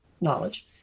knowledge